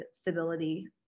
stability